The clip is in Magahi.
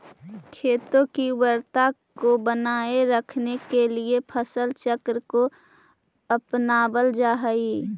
खेतों की उर्वरता को बनाए रखने के लिए फसल चक्र को अपनावल जा हई